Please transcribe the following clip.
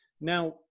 Now